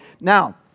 Now